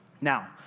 Now